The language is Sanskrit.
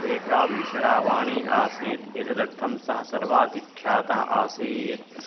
एका विषाणावाणी आसीत् एतदर्थं सः सर्वाधिख्यातः आसीत्